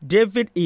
David